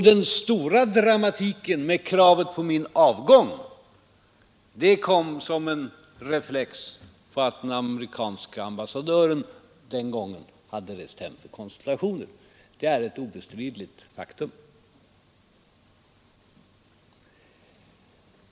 Den stora dramatiken med kravet på min avgång kom som en reflex på att den amerikanske ambassadören hade rest hem för konsultationer. Det är ett obestridligt faktum.